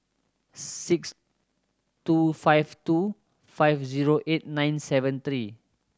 six two five two five zero eight nine seven three